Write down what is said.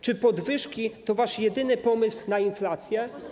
Czy podwyżki to wasz jedyny pomysł na inflację?